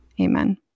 amen